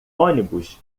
ônibus